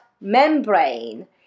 membrane